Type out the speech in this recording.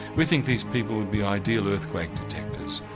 we think these people would be ideal earthquake detectors,